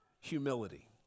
humility